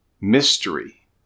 mystery